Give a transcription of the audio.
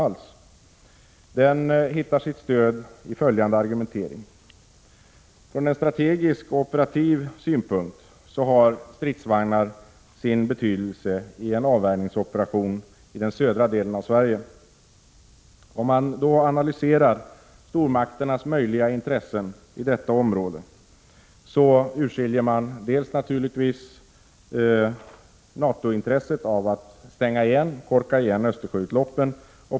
Då är argumenteringen denna. Från strategisk-operativ synpunkt har stridsvagnar sin betydelse i en avvärjningsoperation i den södra delen av Sverige. Om man analyserar stormakternas tänkbara intressen i detta område, kan man naturligtvis finna att NATO har ett intresse av att stänga igen Östersjöutloppen.